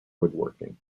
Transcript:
woodworking